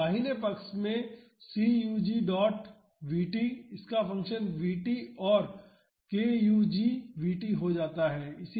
तो दाहिने पक्ष में c u g dot v t इसका फंक्शन v t और k u g Vt हो जाता है